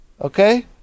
okay